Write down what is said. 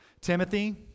Timothy